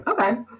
Okay